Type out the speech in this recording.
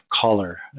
color